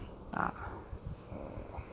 mm